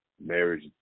marriage